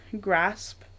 grasp